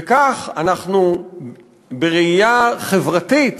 וכך, בראייה חברתית